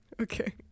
okay